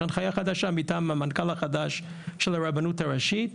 יש הנחייה חדשה מטעם המנכ"ל החדש של הרבנות הראשית,